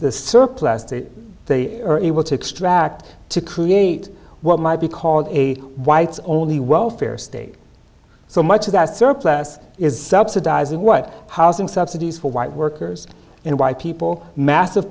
the surplus that they are able to extract to create what might be called a whites only welfare state so much of that surplus is subsidized what housing subsidies for white workers and why people massive